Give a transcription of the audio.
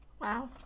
Wow